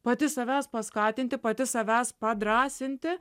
pati savęs paskatinti pati savęs padrąsinti